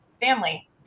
family